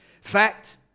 Fact